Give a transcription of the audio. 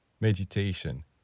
meditation